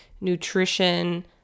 nutrition